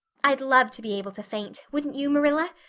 i'd love to be able to faint, wouldn't you, marilla?